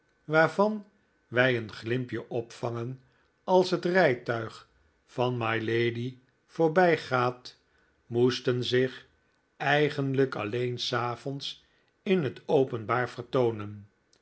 waarvan wij een glimpje opvangen als het rijtuig van mylady voorbij gaat moesten zich eigenlijk alleen s avonds in het openbaar vertoonen